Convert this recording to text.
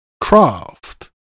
craft